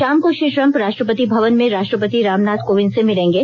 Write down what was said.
शाम को श्री ट्रम्प राष्ट्रपति भवन में राष्ट्रपति रामनाथ कोविंद से मिलेंगे